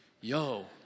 Yo